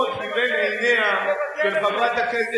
אז טלו 7,000 קורות מבין עיניה של חברת הכנסת